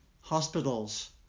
hospitals